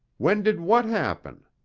when did what happen?